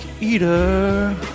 Eater